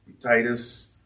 Titus